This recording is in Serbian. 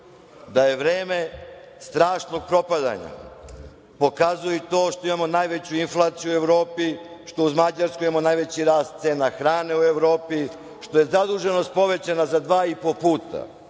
je vreme strašnog propadanja, pokazuje i to što imamo najveću inflaciju u Evropi, što uz Mađarsku imamo najveći rast cene hrane u Evropi, što je zaduženost povećana za 2,5 puta.